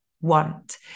want